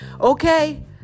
Okay